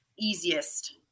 easiest